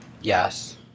Yes